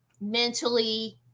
mentally